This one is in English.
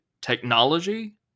technology